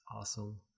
awesome